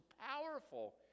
powerful